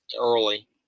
early